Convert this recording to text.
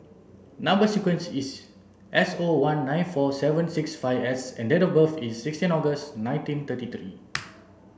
number sequence is S O one nine four seven six five S and date of birth is sixteen August nineteen thirty three